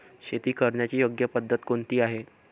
शेती करण्याची योग्य पद्धत कोणती आहे?